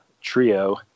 trio